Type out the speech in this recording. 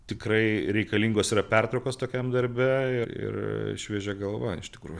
tikrai reikalingos yra pertraukos tokiam darbe ir ir šviežia galva iš tikrųjų